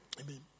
Amen